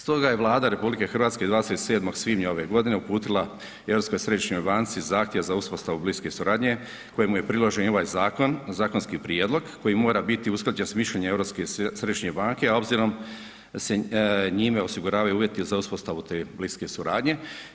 Stoga je Vlada RH 27. svibnja ove godine uputila Europskoj središnjoj banci zahtjev za uspostavu bliske suradnje kojemu je priložen i ovaj zakon, zakonski prijedlog koji mora biti usklađen s mišljenjem Europske središnje banke, a obzirom da se njime osiguravaju uvjeti za uspostavu te bliske suradnje.